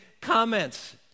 comments